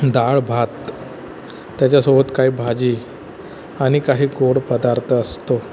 दाळ भात त्याच्यासोबत काही भाजी आणि काही गोड पदार्थ असतो